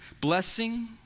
blessing